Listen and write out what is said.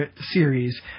series